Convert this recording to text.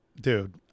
Dude